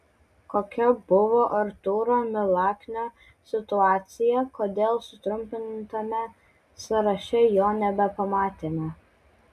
kokia buvo artūro milaknio situacija kodėl sutrumpintame sąraše jo nebepamatėme